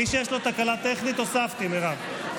את מי שיש לו תקלה טכנית הוספתי, מירב.